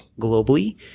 globally